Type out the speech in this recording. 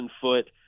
foot